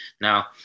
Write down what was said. Now